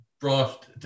brought